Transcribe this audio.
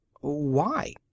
Why